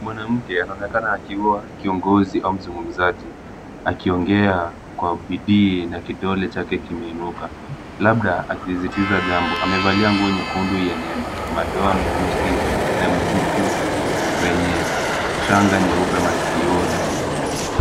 Mwanamke anaonekana akiwa kiongozi au mzungumzaji akiongea kwa bidii na kidole chake kimeinuka labda akisisitiza jambo. Amevalia nguo nyekundu yenye madoa meusi na mkufu wenye shanga nyeupe masikioni.